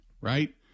right